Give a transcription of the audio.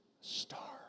star